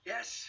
Yes